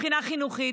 מבחינה חינוכית.